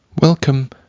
Welcome